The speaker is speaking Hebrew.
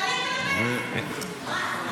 תעלה אותו למעלה.